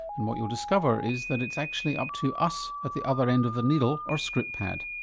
and what you'll discover is that it's actually up to us at the other end of the needle or script pad.